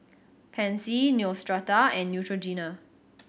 Pansy Neostrata and Neutrogena